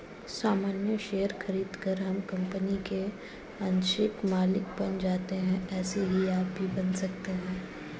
सामान्य शेयर खरीदकर हम कंपनी के आंशिक मालिक बन जाते है ऐसे ही आप भी बन सकते है